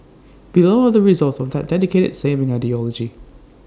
below are the results of that dedicated saving ideology